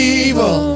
evil